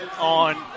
on